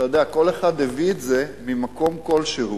כל אחד הביא את זה ממקום כלשהו.